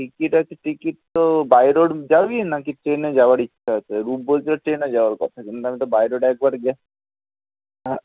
ticket আছে ticket তো by road যাবি নাকি ট্রেনে যাওয়ার ইচ্ছা আছে রূপ বলছে ট্রেনে যাওয়ার কথা কিন্তু আমি তো বাই রোড একবার গিয়ে হ্যাঁ